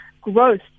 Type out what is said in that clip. growth